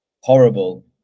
horrible